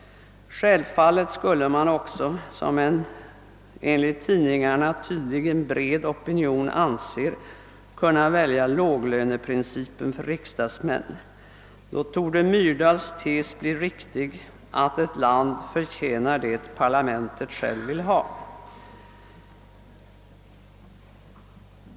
Självfallet skulle man också, som en enligt tidningarna tydligen bred opinion anser, kunna välja låglöneprincipen för riksdagsmän. Då torde Myrdals tes bli riktig att eit land förtjänar det parlament det självt vill ha.